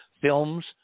films